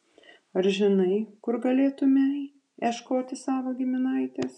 ar žinai kur galėtumei ieškoti savo giminaitės